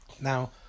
Now